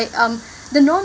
um the